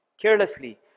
carelessly